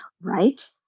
right